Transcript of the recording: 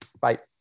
Bye